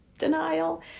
denial